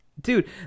dude